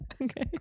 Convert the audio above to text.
Okay